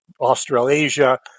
Australasia